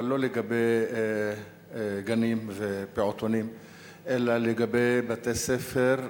אבל לא לגבי גנים ופעוטונים אלא לגבי בתי-ספר,